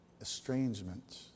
estrangement